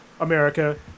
America